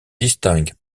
distingue